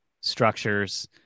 structures